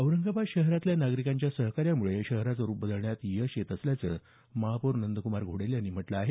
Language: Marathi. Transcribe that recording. औरंगाबाद शहरातल्या नागरिकांच्या सहकार्यामुळे शहराचं रुप बदलण्यात यश येत असल्याचं महापौर नंद्कुमार घोडेले यांनी म्हटलं आहे